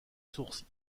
sources